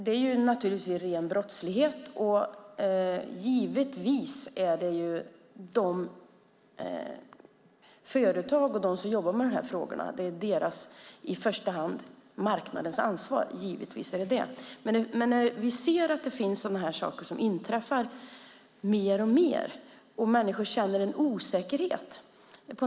Detta är förstås ren brottslighet, och givetvis är det i första hand företagens och marknadens ansvar. När detta inträffar mer och mer känner människor osäkerhet inför nätet.